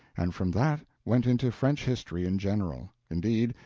and from that went into french history in general indeed,